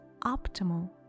optimal